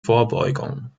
vorbeugung